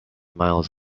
miles